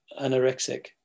anorexic